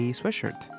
sweatshirt